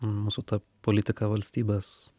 mūsų ta politika valstybės